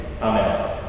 Amen